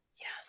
yes